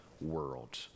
world